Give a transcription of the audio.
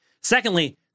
Secondly